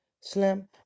Slim